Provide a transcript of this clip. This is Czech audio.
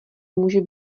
může